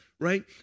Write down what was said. right